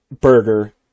burger